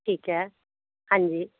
ਠੀਕ ਹੈ ਹਾਂਜੀ